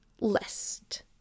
list